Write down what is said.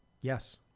Yes